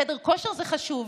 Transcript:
חדר כושר זה חשוב,